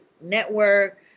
network